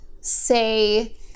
say